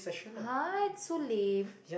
!huh! so lame